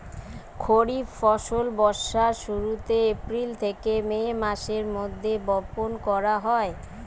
খরিফ ফসল বর্ষার শুরুতে, এপ্রিল থেকে মে মাসের মধ্যে বপন করা হয়